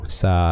sa